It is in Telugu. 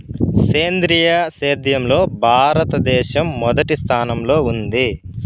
సేంద్రీయ సేద్యంలో భారతదేశం మొదటి స్థానంలో ఉంది